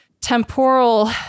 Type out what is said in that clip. temporal